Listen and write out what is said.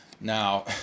now